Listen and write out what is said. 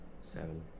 Seven